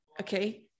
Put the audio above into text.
okay